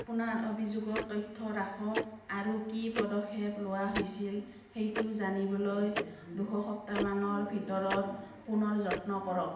আপোনাৰ অভিযোগৰ তথ্য ৰাখক আৰু কি পদক্ষেপ লোৱা হৈছিল সেইটো জানিবলৈ দুসপ্তাহমানৰ ভিতৰত পুনৰ যত্ন কৰক